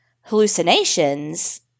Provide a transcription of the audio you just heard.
hallucinations